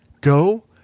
go